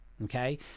Okay